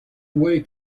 way